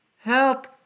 Help